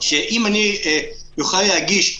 ואין את האונליין שמגישים